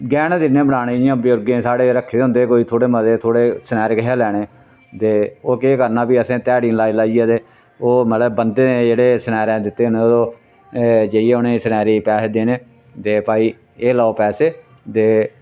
गैह्ने दिन्ने आं बनाने जियां बजुर्गें साढ़े रक्खे दे होंदे कोई थोह्ड़े मते थोह्ड़े सनेयारे कशा लैने ते ओह् केह् करना फ्ही असें ध्याड़ी लाई लाई ते ओह् मतलब बन्धे जेह्ड़े सनेयारे दित्ते दे न ते ओह् जाइयै उ'नें सनेयारे पैहे देने दे भाई एह् लैओ पैसे ते